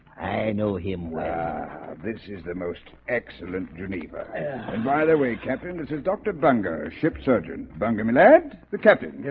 know him where this is the most excellent, geneva and by the way, captain is a doctor bunga ship surgeon bunga manette the captain